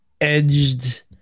edged